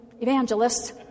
evangelists